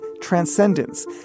Transcendence